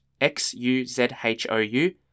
X-U-Z-H-O-U